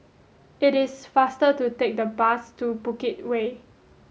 it is faster to take the bus to Bukit Way